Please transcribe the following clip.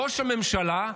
ראש הממשלה,